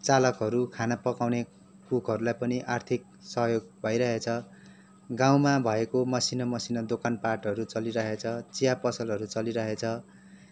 चालकहरू खाना पकाउने कुकहरूलाई पनि आर्थिक सहयोग भइरहेछ गाउँमा भएको मसिनो मसिनो दोकान पाटहरू चलिरहेछ चिया पसलहरू चलिरहेछ